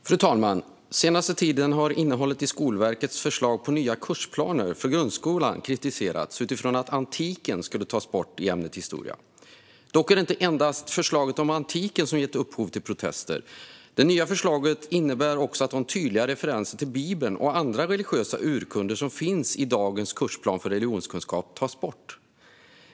Fru talman! Den senaste tiden har innehållet i Skolverkets förslag till nya kursplaner för grundskolan kritiserats därför att antiken skulle tas bort i ämnet historia. Men det är inte endast förslaget om antiken som gett upphov till protester. Det nya förslaget innebär också att de tydliga referenser till Bibeln och andra religiösa urkunder som finns i dagens kursplan för religionskunskap tas bort.